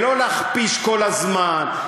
ולא להכפיש כל הזמן,